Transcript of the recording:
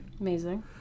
Amazing